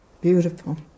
Beautiful